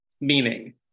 meaning